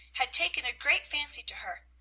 had taken a great fancy to her,